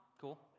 cool